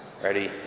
Ready